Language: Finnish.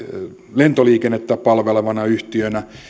lentoliikennettä palvelevana yhtiönä